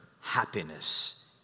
happiness